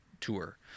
tour